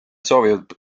soovib